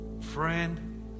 friend